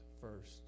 first